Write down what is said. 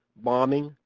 bombing,